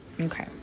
Okay